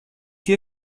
hier